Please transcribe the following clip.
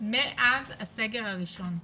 מאז הסגר הראשון.